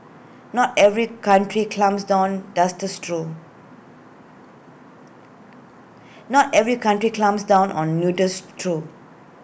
not every country clamps down does this through not every country clamps down on nudists through